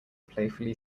playfully